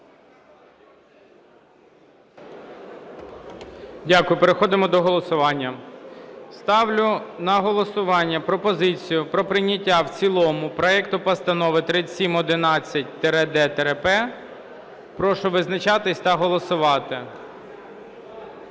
Дякую. Переходимо до голосування. Ставлю на голосування пропозицію про прийняття в цілому проекту Постанови 3711-д-П. Прошу визначатися та голосувати.